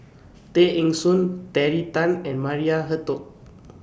Tay Eng Soon Terry Tan and Maria Hertogh